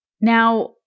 Now